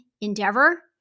endeavor